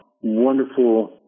Wonderful